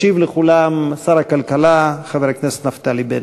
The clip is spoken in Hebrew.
ישיב לכולם שר הכלכלה חבר הכנסת נפתלי בנט.